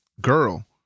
girl